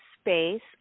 space